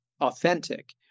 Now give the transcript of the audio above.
authentic